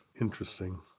Interesting